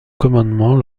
commandement